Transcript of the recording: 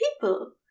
people